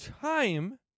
time